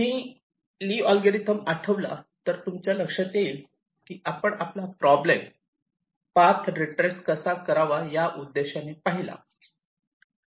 तुम्ही Lee algorithm आठवला तर तुमच्या लक्षात येईल की आपण आपला प्रॉब्लेम पाथ रीट्रेस कसा करावा या उद्देशाने पाहिला